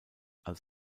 als